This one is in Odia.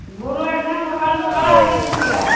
ଗୁରୁବାର ଦିନ ସକାଳୁ ସକାଳୁ ଆସିକି ଠିକିବା